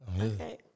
Okay